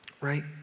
right